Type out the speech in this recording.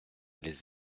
les